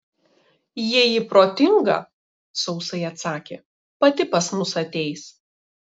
jei ji protinga sausai atsakė pati pas mus ateis